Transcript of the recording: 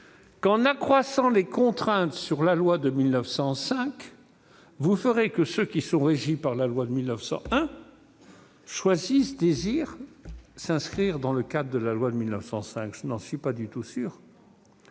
en accroissant les contraintes sur la loi de 1905, vous ferez que ceux qui sont régis par la loi de 1901 désirent s'inscrire dans ce cadre ? Pour ma part, je n'en suis pas du tout sûr.